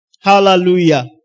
Hallelujah